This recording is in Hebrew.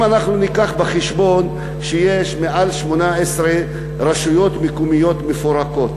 אם אנחנו ניקח בחשבון שיש מעל 18 רשויות מקומיות מפורקות,